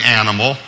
animal